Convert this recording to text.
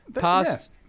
past